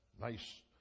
nice